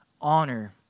honor